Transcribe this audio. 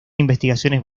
investigaciones